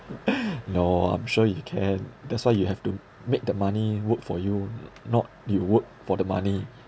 no I'm sure you can that's why you have to make the money work for you n~ not you work for the money